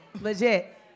Legit